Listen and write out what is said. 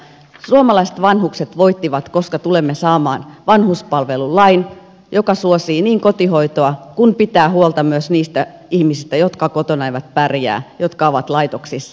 suomalaiset vanhukset voittivat koska tulemme saamaan vanhuspalvelulain joka suosii niin kotihoitoa kuin pitää huolta myös niistä ihmisistä jotka kotona eivät pärjää jotka ovat laitoksissa